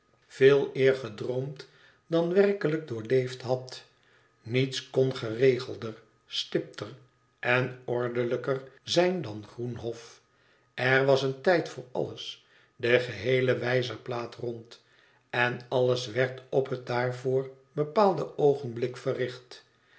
veeleer gedroomd dan werkelijk doorleefd had niets kon geregelder stipter en ordelijker zijn dan groenhof er was een tijd voor alles de geheele wijzerplaat rond en alles werd op het daarvoor bepaalde oogenblik verricht